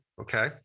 okay